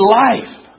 life